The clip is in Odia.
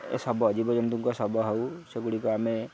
ଏ ଶବ ଜୀବଜନ୍ତୁଙ୍କ ଶବ ହଉ ସେଗୁଡ଼ିକ ଆମେ